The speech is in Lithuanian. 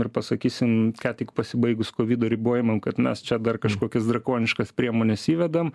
ir pasakysim ką tik pasibaigus kovido ribojimam kad mes čia dar kažkokias drakoniškas priemones įvedam